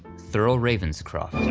thurl ravenscroft.